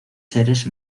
seres